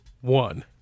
one